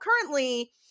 currently